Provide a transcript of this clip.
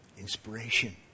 inspiration